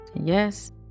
yes